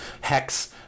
hex